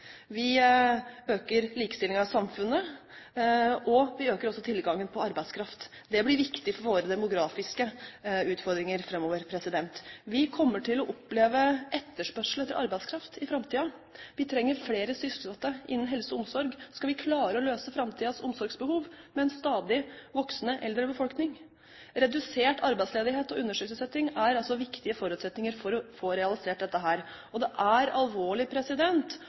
Vi øker likestillingen i samfunnet, og vi øker også tilgangen på arbeidskraft. Det blir viktig for våre demografiske utfordringer framover. Vi kommer til å oppleve etterspørsel etter arbeidskraft i framtiden. Vi trenger flere sysselsatte innen helse og omsorg. Skal vi klare å løse framtidens omsorgsbehov med en stadig voksende eldre befolkning, er redusert arbeidsledighet og undersysselsetting viktige forutsetninger for å få realisert dette. Det er alvorlig